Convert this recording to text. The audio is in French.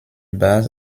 base